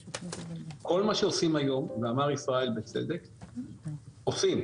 כל מה שעושים היום, ואמר ישראל בצדק, עושים,